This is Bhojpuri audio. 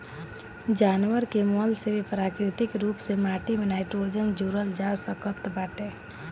जानवर के मल से भी प्राकृतिक रूप से माटी में नाइट्रोजन जोड़ल जा सकत बाटे